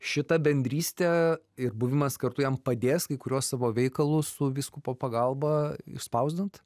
šita bendrystė ir buvimas kartu jam padės kai kuriuos savo veikalus su vyskupo pagalba išspausdint